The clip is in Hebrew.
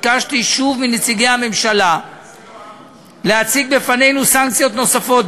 ביקשתי שוב מנציגי הממשלה להציג בפנינו סנקציות נוספות.